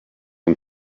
and